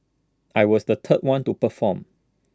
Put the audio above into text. I was the third one to perform